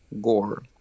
Gore